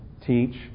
teach